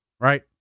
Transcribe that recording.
right